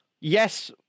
Yes